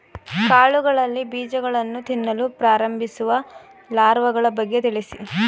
ಕಾಳುಗಳಲ್ಲಿ ಬೀಜಗಳನ್ನು ತಿನ್ನಲು ಪ್ರಾರಂಭಿಸುವ ಲಾರ್ವಗಳ ಬಗ್ಗೆ ತಿಳಿಸಿ?